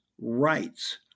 rights